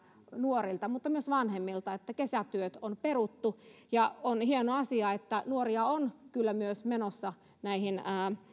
nuorilta mutta myös vanhemmilta viestejä että kesätyöt on peruttu ja on hieno asia että nuoria on kyllä myös menossa näihin